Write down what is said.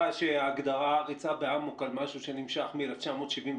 שההגדרה ריצה באמוק על משהו שנמשך מ-1975